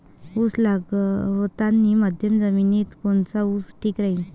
उस लावतानी मध्यम जमिनीत कोनचा ऊस ठीक राहीन?